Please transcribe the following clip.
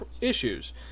issues